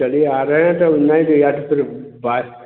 चलिए आ रहे हैं तो नए बात